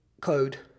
code